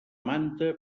manta